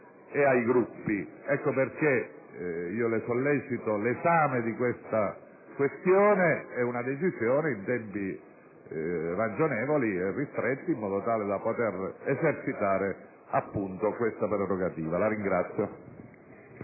e ai Gruppi. Ecco perché le sollecito l'esame di tale questione e una decisione in tempi ragionevoli e ristretti, in modo tale da poter esercitare questa prerogativa.